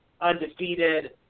undefeated